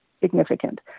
significant